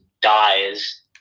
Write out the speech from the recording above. dies